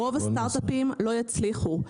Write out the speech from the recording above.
רוב הסטארט-אפים לא יצליחו.